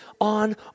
on